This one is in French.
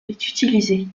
utilisé